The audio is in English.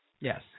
Yes